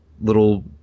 little